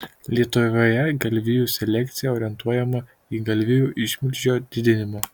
lietuvoje galvijų selekcija orientuojama į galvijų išmilžio didinimą